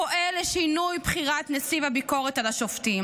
פועל לשינוי בחירת נציב הביקורת על השופטים